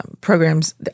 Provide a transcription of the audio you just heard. programs